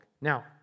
Now